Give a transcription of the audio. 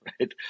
right